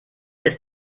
ist